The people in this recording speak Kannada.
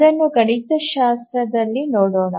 ಅದನ್ನು ಗಣಿತಶಾಸ್ತ್ರದಲ್ಲಿ ಮಾಡೋಣ